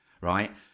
Right